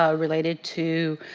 ah related to